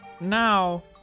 Now